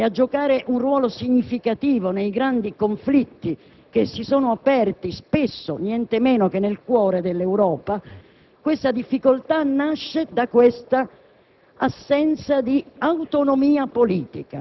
di difficoltà europea ad intervenire ed a giocare un ruolo significativo nei grandi conflitti che si sono aperti - spesso niente meno che nel cuore dell'Europa - nasca dall'assenza di